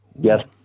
Yes